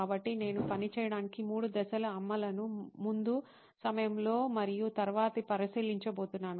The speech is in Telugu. కాబట్టి నేను పని చేయడానికి మూడు దశల అమ్మలను ముందు సమయంలో మరియు తరువాత పరిశీలించబోతున్నాను